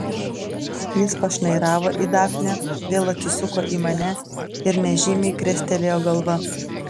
jis pašnairavo į dafnę vėl atsisuko į mane ir nežymiai krestelėjo galva